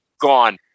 gone